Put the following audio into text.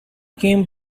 came